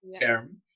term